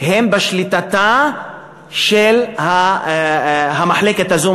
הם בשליטתה של המחלקה הזו,